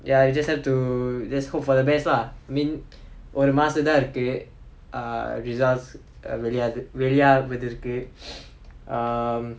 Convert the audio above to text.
ya you just have to just hope for the best lah mean ஒரு மாசதா இருக்கு:oru maasathaa irukku err results வெளியாது வெளி ஆவதிற்கு:veliyathu veli aavathirku um